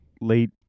late